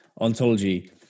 ontology